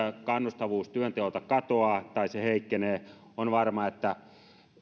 kannustavuus työnteolta katoaa tai se heikkenee on varma että